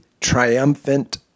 triumphant